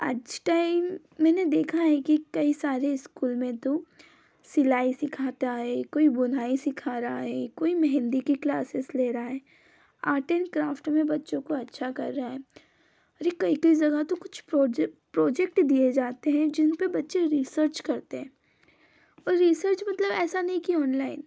आज टाइम मैंने देखा है कि कई सारे स्कूल में तो सिलाई सिखाता है कोई बुनाई सिखा रहा है कोई मेंहदी की क्लासिज़ ले रहा है आर्ट एंड क्राफ़्ट में बच्चों को अच्छा कर रहा है अरे कई कई जगह तो कुछ प्रॉजेक्ट प्रॉजेक्ट दिए जाते हैं जिनपे बच्चे रिसर्च करते हैं और रिसर्च मतलब ऐसा नहीं कि ऑनलाइन